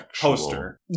poster